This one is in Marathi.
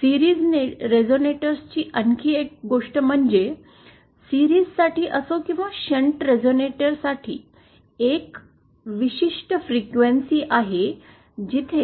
सीरीज रेझोनेटरची आणखी एक गोष्ट म्हणजे सीरीज साठी असो किंवा शंट रेझोनेटरसाठी एक विशिष्ट वारंवारता आहे जिथे